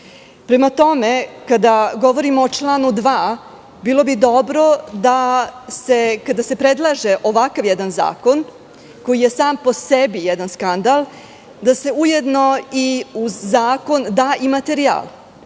tome, kada govorimo o članu 2, bilo bi dobro, kada se predlaže ovakav jedan zakon koji je sam po sebi jedan skandal, da se ujedno i uz zakon dostavi i materijal.